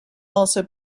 also